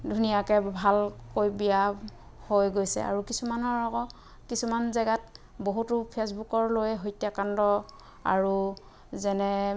ধুনীয়াকৈ ভালকৈ বিয়া হৈ গৈছে আৰু কিছুমানৰ আকৌ কিছুমান জেগাত বহুতো ফেচবুকৰ লৈ হত্যাকাণ্ড আৰু যেনে